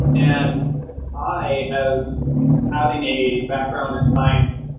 and i, as having a background in science,